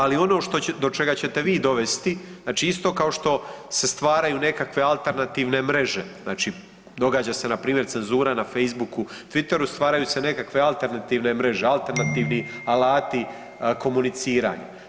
Ali ono do čega ćete vi dovesti znači isto kao što se stvaraju nekakve alternativne mreže znači događa se npr. cenzura na Facebooku, na Twitteru stvaraju se nekakve alternativne mreže, alternativni alati komuniciranja.